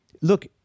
look